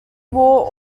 war